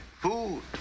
food